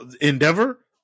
Endeavor